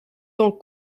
tant